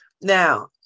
Now